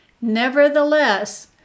Nevertheless